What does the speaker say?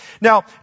Now